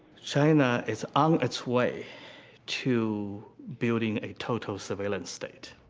china is on its way to building a total surveillance state.